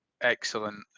excellent